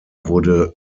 wurde